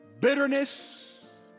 bitterness